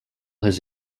his